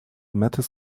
metal